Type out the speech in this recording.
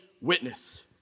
Witness